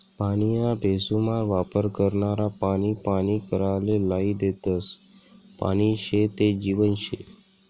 पानीना बेसुमार वापर करनारा पानी पानी कराले लायी देतस, पानी शे ते जीवन शे